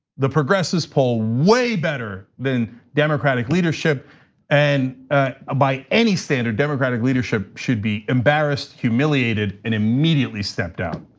the progressives poll way better than democratic leadership and ah by any standard democratic leadership should be embarrassed, humiliated and immediately step down.